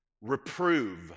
reprove